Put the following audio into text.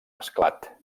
mesclat